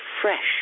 fresh